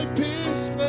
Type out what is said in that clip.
peace